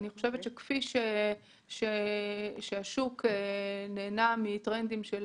אני חושבת שכפי שהשוק נהנה מטרנדים של